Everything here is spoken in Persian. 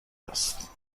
است